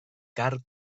car